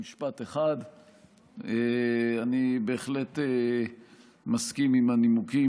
אחת שלו ואחת של חבר הכנסת אופיר כץ,